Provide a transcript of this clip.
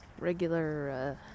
Regular